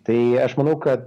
tai aš manau kad